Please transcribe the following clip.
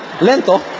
lento